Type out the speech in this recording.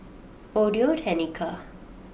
Audio Technica